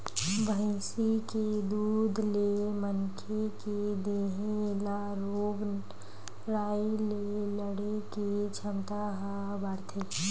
भइसी के दूद ले मनखे के देहे ल रोग राई ले लड़े के छमता ह बाड़थे